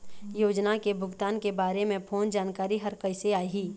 योजना के भुगतान के बारे मे फोन जानकारी हर कइसे आही?